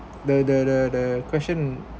the the the the question